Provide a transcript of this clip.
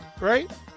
right